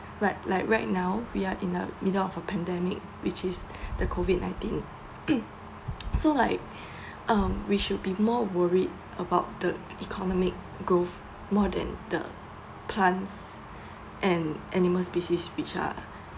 like like right now we are in the middle of a pandemic which is the COVID nineteen so like um we should be more worried about the economic growth more than the plants and animal species which are